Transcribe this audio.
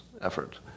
effort